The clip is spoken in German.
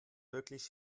wirklich